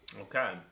Okay